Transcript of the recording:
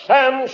Sam